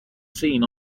seen